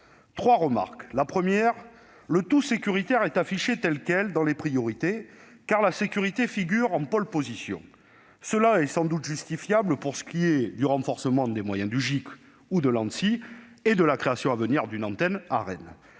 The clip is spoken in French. trois remarques. Premièrement, le tout sécuritaire est affiché tel quel dans les priorités où la sécurité figure en pole position. C'est sans doute justifiable pour ce qui est du renforcement des moyens du GIC ou de l'Anssi et de la création à venir d'une antenne à